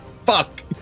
fuck